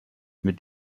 mit